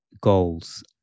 goals